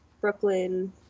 brooklyn